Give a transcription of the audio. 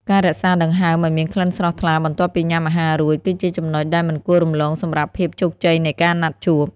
ការរក្សាដង្ហើមឱ្យមានក្លិនស្រស់ថ្លាបន្ទាប់ពីញ៉ាំអាហាររួច គឺជាចំណុចដែលមិនគួររំលងសម្រាប់ភាពជោគជ័យនៃណាត់ជួប។